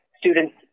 students